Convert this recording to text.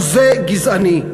זה גזעני.